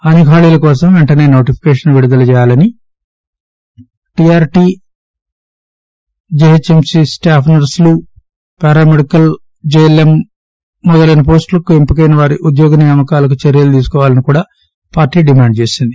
అన్ని ఖాళీల కోసం వెంటనే నోటిఫికేషన్ విడుదల చేయాలని టీఆర్టి జిహెచ్ఎంసి స్లాఫ్ నర్పులు పారా మెడికల్ జెఎల్ఎం మొదలైన పోస్టులకు ఎంపికైన వారి ఉద్యోగ నియామకాలకు చర్యలు తీసుకోవాలని కూడా పార్టీ డిమాండ్ చేసింది